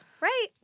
Right